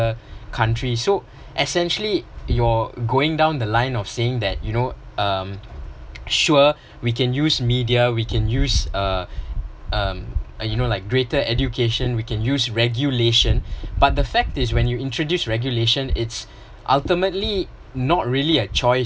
country so essentially you're going down the line of saying that you know um sure we can use media we can use uh um you know like greater education we can use regulation but the fact is when you introduce regulation it’s alternately not really a choice